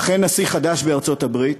אכן, נשיא חדש בארצות-הברית,